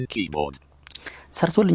Keyboard